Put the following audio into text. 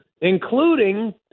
including